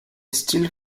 still